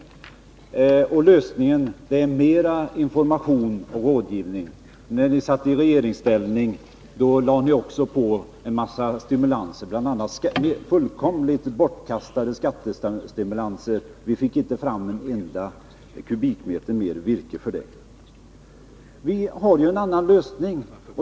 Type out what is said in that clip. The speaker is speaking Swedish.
Men er lösning är mer information och rådgivning, och när ni satt i regeringsställning lade ni också på en massa stimulanser, bl.a. fullkomligt bortkastade skattestimulanser — men vi fick inte fram en enda kubikmeter mer virke för det. Vi har en annan lösning.